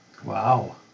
Wow